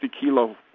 kilo